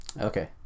Okay